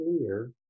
clear